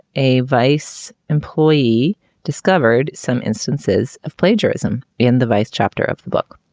a vice employee discovered some instances of plagiarism in the vice chapter of the book.